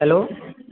hello